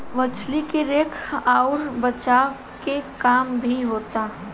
मछली के रखे अउर बचाए के काम भी होता